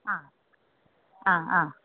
ആ ആ ആ